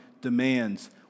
demands